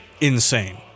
Insane